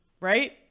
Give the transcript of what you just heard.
Right